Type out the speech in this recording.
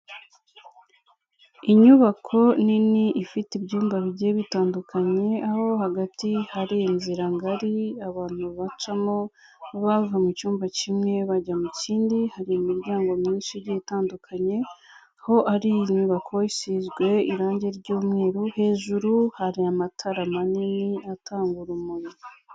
Inyubako nini ifite ibyumba bigiye bitandukanye, aho hagati hari inzira ngari, abantu bacamo bava mu cyumba kimwe bajya mu kindi, hari imiryango myinshi igiye itandukanye, aho ari inyubako isizwe irangi ry'umweru, hejuru hari amatara manini atanga urumuri.